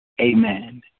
Amen